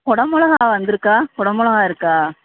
குட மிளகா வந்திருக்கா குட மிளகா இருக்கா